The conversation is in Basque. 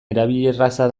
erabilerraza